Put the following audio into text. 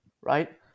Right